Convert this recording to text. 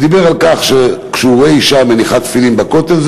ודיבר על כך שכשהוא רואה אישה מניחה תפילין בכותל,